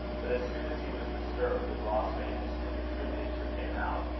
but as soon as he was disturbed, the gloss vanished, and the true nature came out,